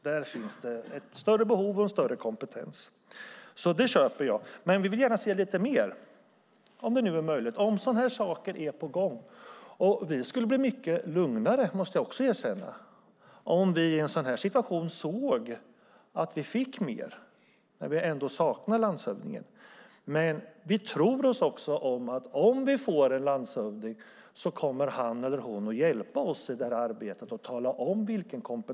Där finns det ett större behov och en större kompetens. Det köper jag alltså, men om det är andra saker på gång vill vi gärna se lite mer om det nu är möjligt. Vi skulle bli mycket lugnare, måste jag också erkänna, om vi i en sådan här situation när vi saknar landshövdingen såg att vi fick mer. Vi tror också att om vi får en landshövding så kommer han eller hon att hjälpa oss i det här arbetet och tala om vilka kompetenser som behövs.